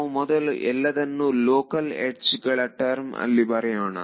ನಾವು ಮೊದಲು ಎಲ್ಲದನ್ನೂ ಲೋಕಲ್ ಯಡ್ಜ್ ಗಳ ಟರ್ಮ್ ಅಲ್ಲಿ ಬರೆಯೋಣ